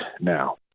now